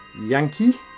Yankee